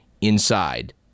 inside